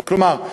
כלומר,